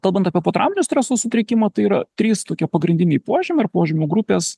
kalbant apie potrauminio streso sutrikimą tai yra trys tokie pagrindiniai požymiai ar požymių grupės